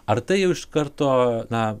ar tai jau iš karto na